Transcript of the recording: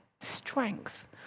strength